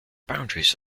boundaries